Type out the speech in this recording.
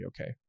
okay